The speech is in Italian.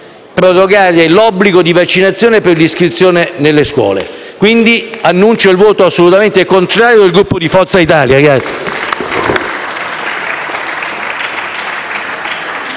prorogare l'obbligo di vaccinazione per l'iscrizione nelle scuole. Dichiaro pertanto il voto assolutamente contrario del Gruppo Forza Italia.